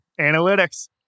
Analytics